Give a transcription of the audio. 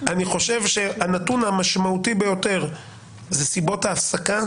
אני חושב שהנתון המשמעותי ביותר הוא סיבות ההפסקה